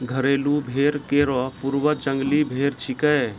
घरेलू भेड़ केरो पूर्वज जंगली भेड़ छिकै